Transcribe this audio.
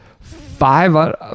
five